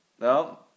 No